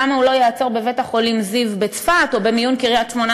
למה הוא לא יעצור בבית-החולים זיו בצפת או במיון קריית-שמונה,